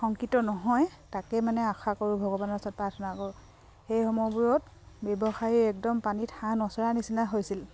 সংকিত নহয় তাকেই মানে আশা কৰোঁ ভগৱানৰ ওৰত প্ৰাৰ্থনা কৰোঁ সেই সময়বোৰত ব্যৱসায়ী একদম পানীত হাঁহ নচৰা নিচিনা হৈছিল